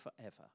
forever